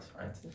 right